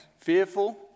Fearful